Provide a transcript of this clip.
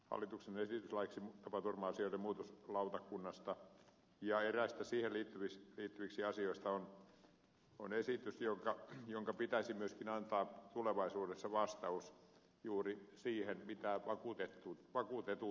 hallituksen esitys laiksi tapaturma asioiden muutoksenhakulautakunnasta ja eräistä siihen liittyvistä asioista on esitys jonka pitäisi myöskin antaa tulevaisuudessa vastaus juuri siihen mitä vakuutetut odottavat